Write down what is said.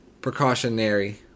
precautionary